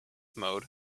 mode